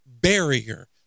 barrier